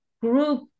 group